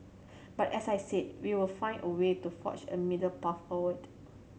but as I said we will find a way to forge a middle path forward